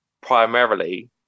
primarily